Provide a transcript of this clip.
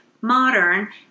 modern